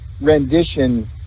rendition